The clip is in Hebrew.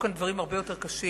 נשמעו כאן דברים הרבה יותר קשים,